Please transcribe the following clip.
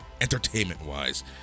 entertainment-wise